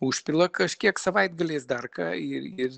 užpila kažkiek savaitgaliais dar ką i ir